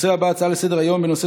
נעבור להצעות לסדר-היום מס'